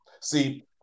see